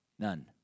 None